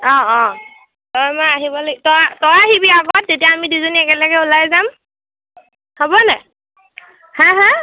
অঁ অঁ তই মই আহিব লাগিব তই তই আহিবি আকৌ তেতিয়া আমি দুয়োজনী একেলগে ওলাই যাম হ'বনে হাঁ হাঁ